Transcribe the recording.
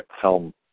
Helm